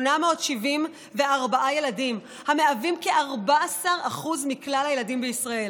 405,874 ילדים, המהווים כ-14% מכלל הילדים בישראל.